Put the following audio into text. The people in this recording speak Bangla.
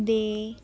দে